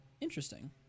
Interesting